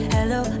Hello